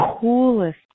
coolest